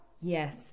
Yes